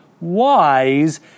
wise